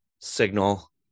signal